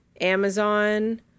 Amazon